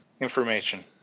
information